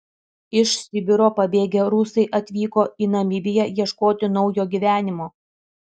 iš sibiro pabėgę rusai atvyko į namibiją ieškoti naujo gyvenimo